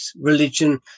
religion